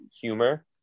humor